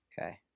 Okay